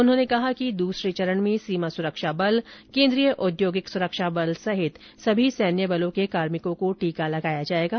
उन्होंने कहा कि द्रसरे चरण में सीमा सुरक्षा बल केंद्रीय औद्योगिक सुरक्षा बल सहित सभी सैन्य बलों के कार्मिकों को टीका लगाया जाएगा